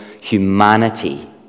humanity